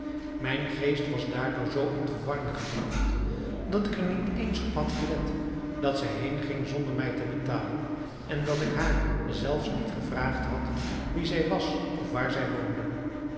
mijn geest was daardoor zoo in verwarring gebragt dat ik er niet eens op had gelet dat zij heenging zonder mij te betalen en dat ik haar zelfs niet gevraagd had wie zij was of waar zij woonde